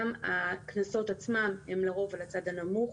גם הקנסות עצמם הם לרוב על הצד הנמוך